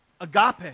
Agape